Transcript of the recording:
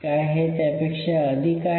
काय हे त्यापेक्षा अधिक आहे